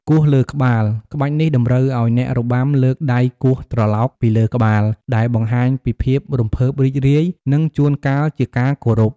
គោះលើក្បាល ក្បាច់នេះតម្រូវឱ្យអ្នករបាំលើកដៃគោះត្រឡោកពីលើក្បាល ដែលបង្ហាញពីភាពរំភើបរីករាយ និងជួនកាលជាការគោរព។